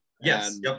Yes